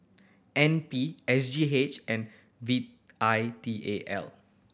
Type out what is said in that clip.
N P S G H and V I T A L